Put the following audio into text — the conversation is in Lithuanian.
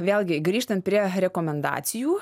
vėlgi grįžtant prie rekomendacijų